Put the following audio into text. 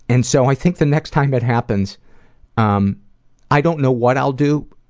and so i think the next time it happens um i don't know what i'll do,